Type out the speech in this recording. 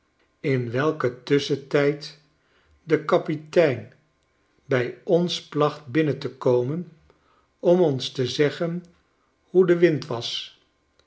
in welken tusschentijd de kapitein bij ons placht binnen te komen om ons te zeggen'hoe de wind was